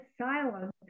silence